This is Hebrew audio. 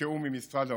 ותיאום עם משרד האוצר,